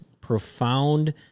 profound